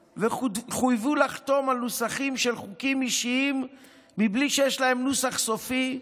וחויבו לחתום על נוסחים של חוקים אישיים מבלי שיש להם נוסח סופי,